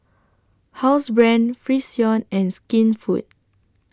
Housebrand Frixion and Skinfood